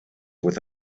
with